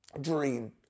dream